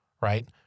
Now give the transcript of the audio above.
Right